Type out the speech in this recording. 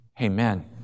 Amen